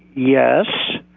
yes,